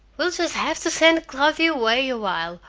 we'll just have to send cloudy away awhile,